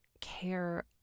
care